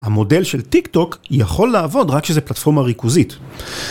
המודל של טיק טוק יכול לעבוד רק שזה פלטפורמה ריכוזית.